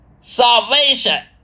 Salvation